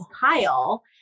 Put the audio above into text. pile